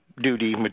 Duty